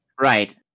right